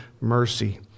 mercy